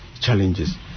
challenges